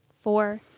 Four